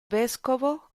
vescovo